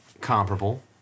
comparable